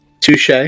Touche